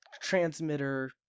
transmitter